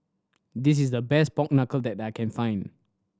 this is the best pork knuckle that I can find